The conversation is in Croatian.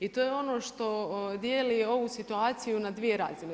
I to je ono što dijeli ovu situaciju na dvije razine.